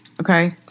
Okay